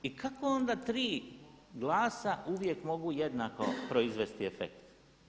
I kako onda 3 glasa uvijek mogu jednako proizvesti efekt?